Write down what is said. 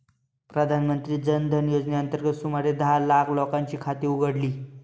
प्रधानमंत्री जन धन योजनेअंतर्गत सुमारे दहा लाख लोकांची खाती उघडली